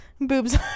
Boobs